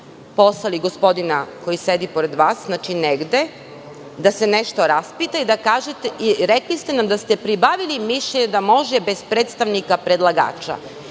poslali gospodina koji sedi pored vas, znači, negde da se nešto raspita i rekli ste nam da ste pribavili mišljenje da može bez predstavnika predlagača.